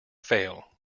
fail